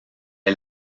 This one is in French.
est